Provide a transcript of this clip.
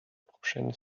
prochaines